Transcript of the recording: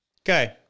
Okay